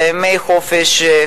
בימי חופש,